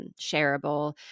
shareable